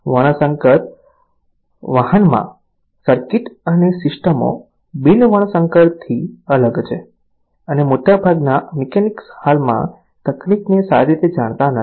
વર્ણસંકર વાહનમાં સર્કિટ અને સિસ્ટમો બિન વર્ણસંકરથી અલગ છે અને મોટાભાગના મિકેનિક્સ હાલમાં તકનીકને સારી રીતે જાણતા નથી